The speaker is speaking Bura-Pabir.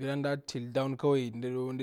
wala nda til down kawai